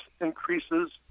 increases